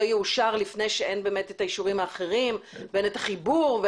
יאושר לפני שבאמת אין את הישובים האחרים ואין את החיבור?